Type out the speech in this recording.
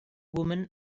woman